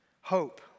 hope